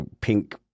pink